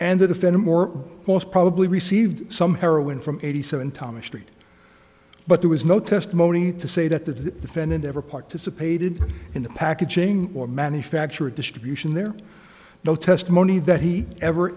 defendant more most probably received some heroin from eighty seven thomas street but there was no testimony to say that the defendant ever participated in the packaging or manufacture or distribution there no testimony that he ever